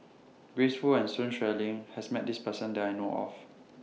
Grace Fu and Sun Xueling has Met This Person that I know of